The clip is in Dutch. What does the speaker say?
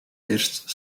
eerste